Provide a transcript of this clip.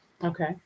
Okay